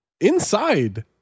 inside